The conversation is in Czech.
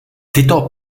tyto